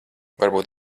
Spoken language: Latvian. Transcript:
varbūt